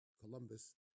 Columbus